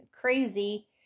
crazy